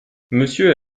monsieur